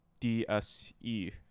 DSE